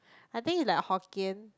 I think it's like Hokkien